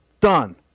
Done